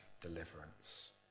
deliverance